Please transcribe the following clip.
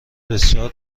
بسیار